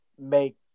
make